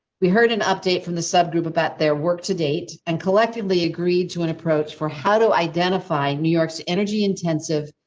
we heard an update from the sub group about their work to date and collectively agreed to an approach for how to identify new york's energy intensive.